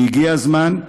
והגיע הזמן,